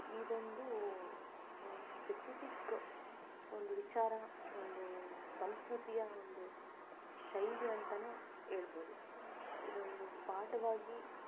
ಇದೊಂದು ಸ್ಪೆಸಿಪಿಕ್ ಒಂದು ವಿಚಾರ ಒಂದು ಸಂಸ್ಕೃತಿಯ ಒಂದು ಶೈಲಿ ಅಂತನೇ ಹೇಳ್ಬೋದು ಇದೊಂದು ಪಾಠವಾಗಿ